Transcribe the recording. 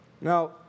Now